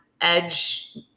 edge